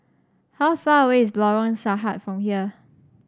how far away is Lorong Sahad from here